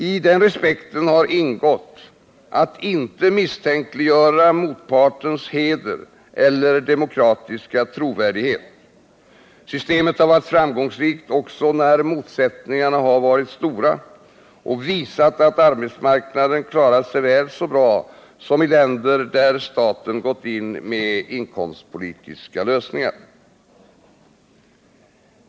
I den respekten har ingått att inte misstänkliggöra motpartens heder eller demokratiska trovärdighet. Systemet har varit framgångsrikt också när motsättningarna varit stora och visat att arbetsmarknaden klarat sig väl så bra i länder där staten gått in med inkomstpolitiska lösningar.